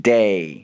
Day